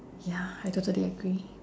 ya I totally agree